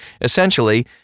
Essentially